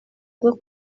bwo